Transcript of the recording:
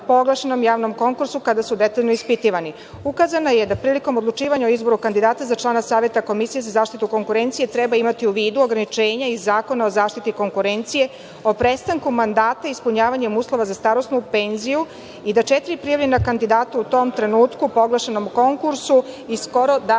oglašenom javnom konkursu kada su detaljno ispitivani. Ukazano je da prilikom odlučivanja o izboru kandidata za člana Saveta Komisije za zaštitu konkurencije treba imati u vidu ograničenja iz Zakona o zaštiti konkurencije o prestanku mandata ispunjavanjem uslova za starosnu penziju i da četiri prijavljena kandidata u tom trenutku po oglašenom konkursu i skoro da